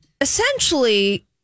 essentially